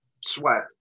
sweat